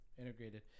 integrated